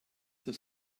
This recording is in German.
zur